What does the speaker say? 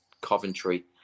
Coventry